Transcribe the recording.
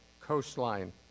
coastline